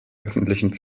öffentlichen